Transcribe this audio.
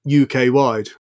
UK-wide